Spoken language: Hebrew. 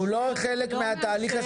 הוא לא חלק מהתהליך.